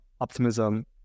optimism